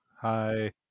Hi